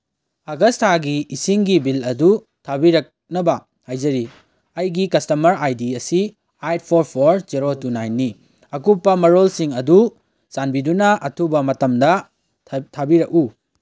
ꯑꯒꯁ ꯊꯥꯒꯤ ꯏꯁꯤꯡꯒꯤ ꯕꯤꯜ ꯑꯗꯨ ꯊꯥꯕꯤꯔꯛꯅꯕ ꯍꯥꯏꯖꯔꯤ ꯑꯩꯒꯤ ꯀꯁꯇꯃꯔ ꯑꯥꯏ ꯗꯤ ꯑꯁꯤ eight four four zero two ꯅꯥꯏꯟꯅꯤ ꯑꯀꯨꯞꯄ ꯃꯔꯣꯜꯁꯤꯡ ꯑꯗꯨ ꯆꯥꯟꯕꯤꯗꯨꯅ ꯑꯊꯨꯕ ꯃꯇꯝꯗ ꯊꯥꯕꯤꯔꯛꯎ